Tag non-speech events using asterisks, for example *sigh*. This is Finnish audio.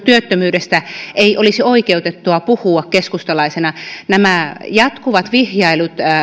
*unintelligible* työttömyydestä ei olisi oikeutettua puhua keskustalaisena näistä jatkuvista vihjailuista